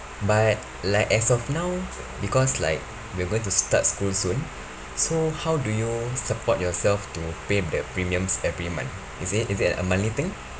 but like as of now because like we're going to start school soon so how do you support yourself to pay the premiums every month is it is it a monthly thing